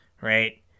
Right